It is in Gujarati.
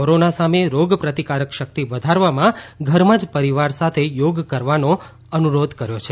કોરોના સામે રોગ પ્રતિકારક શક્તિ વધારવા ઘરમાં જ પરિવાર સાથે યોગ કરવાનો અનુરોધ કર્યો છે